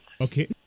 Okay